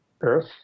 earth